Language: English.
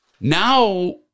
Now